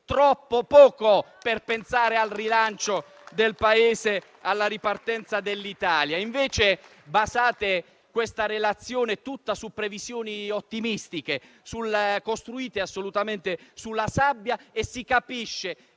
troppo poco per pensare al rilancio del Paese e alla ripartenza dell'Italia. Basate invece questa relazione tutta su previsioni ottimistiche, costruite assolutamente sulla sabbia, e si capisce